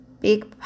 Big